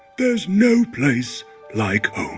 there's no place like